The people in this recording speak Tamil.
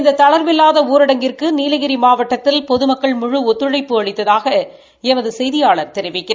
இந்த தளர்வில்லாத ஊரடங்கிற்கு நீலகிரி மாவட்டத்தில் பொதுமக்கள் முழு ஒத்துழைப்பு அளித்ததாக எமது செய்தியாளர் தெரிவிக்கிறார்